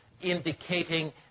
indicating